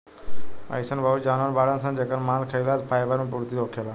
अइसन बहुते जानवर बाड़सन जेकर मांस खाइला से फाइबर मे पूर्ति होखेला